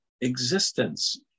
existence